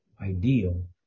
ideal